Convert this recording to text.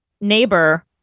neighbor